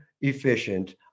efficient